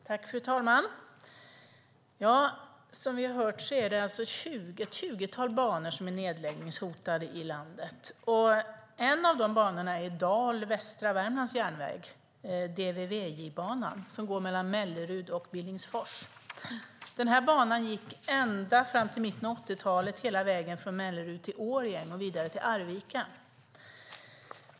Fru talman! Som vi hört är det alltså ett tjugotal banor som är nedläggningshotade i landet. En av de banorna är Dal-Västra Värmlands Järnväg, DVVJ-banan, som går mellan Mellerud och Billingsfors. Den här banan gick ända fram till mitten av 80-talet hela vägen från Mellerud till Årjäng och vidare till Arvika.